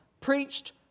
preached